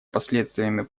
последствиями